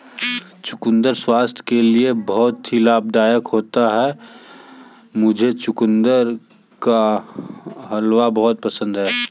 चुकंदर स्वास्थ्य के लिए बहुत ही लाभदायक होता है मुझे चुकंदर का हलवा बहुत पसंद है